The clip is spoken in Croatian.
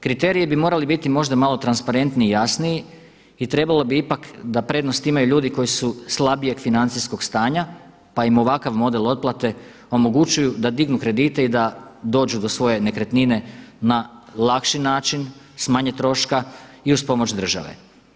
Kriteriji bi morali biti možda malo transparentniji i jasniji i trebalo bi ipak da prednost imaju ljudi koji su slabijeg financijskog stanja pa im ovakav model otplate omogućuju da dignu kredite i da dođu do svoje nekretnine na lakši način, s manje troška i uz pomoć države.